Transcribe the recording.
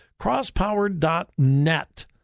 crosspower.net